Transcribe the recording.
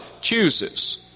chooses